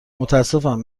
متأسفم